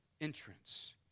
entrance